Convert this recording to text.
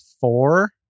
four